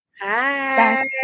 Hi